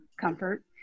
comfort